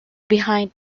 behind